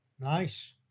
nice